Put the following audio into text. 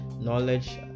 knowledge